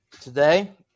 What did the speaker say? today